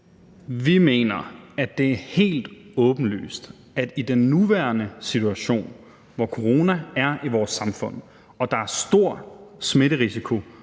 Vi mener, at det er helt åbenlyst, at det i den nuværende situation, hvor corona er i vores samfund, og at der er stor smitterisiko